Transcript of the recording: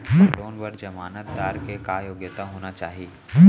Loan बर जमानतदार के का योग्यता होना चाही?